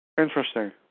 Interesting